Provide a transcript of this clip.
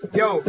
yo